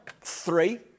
three